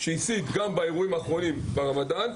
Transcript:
שהסיתו באירועים האחרונים ברמדאן.